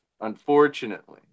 unfortunately